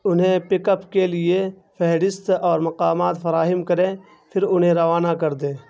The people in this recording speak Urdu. انہیں پک اپ کے لیے فہرست اور مقامات فراہم کریں پھر انہیں روانہ کر دیں